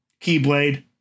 Keyblade